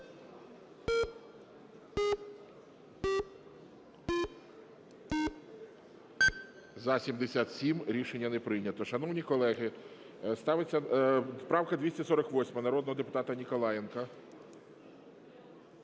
За-77 Рішення не прийнято. Шановні колеги, правка 248 народного депутата Ніколаєнка.